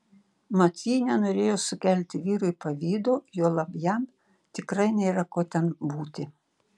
mat ji nenorėjo sukelti vyrui pavydo juolab jam tikrai nėra ko ten būti